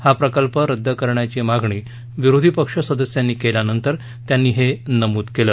हा प्रकल्प रद्द करण्याची मागणी विरोधी पक्ष सदस्यांनी केल्यानंतर त्यांनी हे नमूद केलं